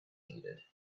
needed